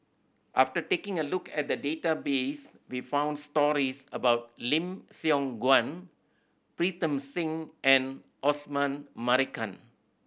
after taking a look at the database we found stories about Lim Siong Guan Pritam Singh and Osman Merican